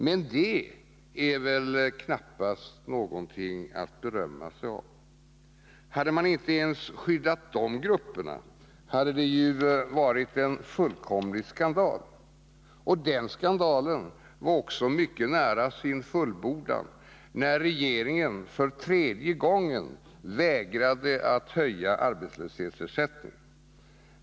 Men det är väl knappast något att berömma sig av. Hade man inte ens skyddat de grupperna hade det varit en fullkomlig skandal. Den skandalen var också mycket nära sin fullbordan när regeringen för tredje gången vägrade att höja arbetslöshetsersättningen.